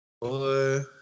Boy